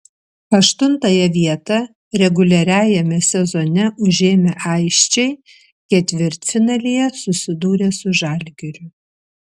aštuntąją vietą reguliariajame sezone užėmę aisčiai ketvirtfinalyje susidūrė su žalgiriu